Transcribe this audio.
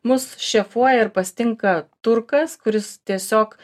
mus šefuoja ir pasitinka turkas kuris tiesiog